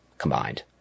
combined